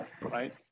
right